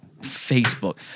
Facebook